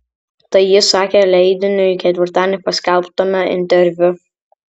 tai jis sakė leidiniui ketvirtadienį paskelbtame interviu